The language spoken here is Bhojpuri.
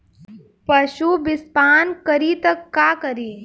पशु विषपान करी त का करी?